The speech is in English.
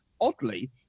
Oddly